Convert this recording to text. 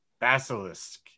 Basilisk